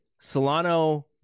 Solano